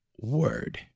word